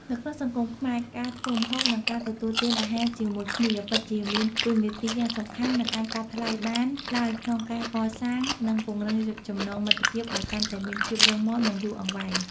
នៅក្នុងសង្គមខ្មែរ ការធ្វើម្ហូបនិងការទទួលទានអាហារជាមួយគ្នាពិតជាមានតួនាទីយ៉ាងសំខាន់មិនអាចកាត់ថ្លៃបានឡើយក្នុងការកសាង និងពង្រឹងចំណងមិត្តភាពឲ្យកាន់តែមានភាពរឹងមាំនិងយូរអង្វែង។